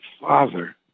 Father